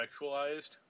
sexualized